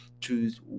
choose